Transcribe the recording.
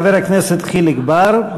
חבר הכנסת חיליק בר,